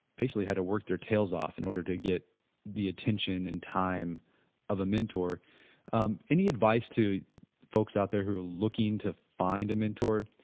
basically had to work their tails off in order to get the attention and time of a mentor um any advice to folks out there who are looking to find a mentor,